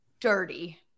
dirty